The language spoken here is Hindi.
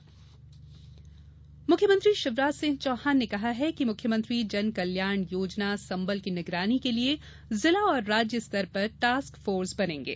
मुख्यमंत्री वीसी मुख्यमंत्री शिवराज सिंह चौहान ने कहा है कि मुख्यमंत्री जनकल्याण योजना संबल की निगरानी के लिये जिला और राज्य स्तर पर टास्क फोर्स बनेंगे